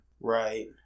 right